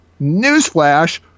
Newsflash